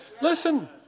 listen